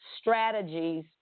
strategies